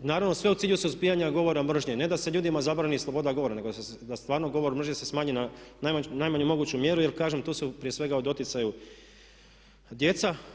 naravno sve u cilju suzbijanja govora mržnje, ne da se ljudima zabrani sloboda govora, nego da stvarno govor mržnje se smanji na najmanju moguću mjeru jer kažem tu su prije svega u doticaju djeca.